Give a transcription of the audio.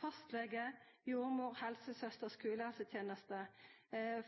fastlege, jordmor, helsesøster, skulehelseteneste –